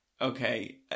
Okay